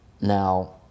Now